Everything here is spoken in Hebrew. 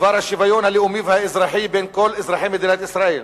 ובדבר השוויון הלאומי והאזרחי בין כל אזרחי מדינת ישראל,